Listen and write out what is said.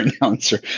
announcer